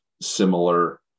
similar